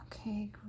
Okay